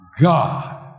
God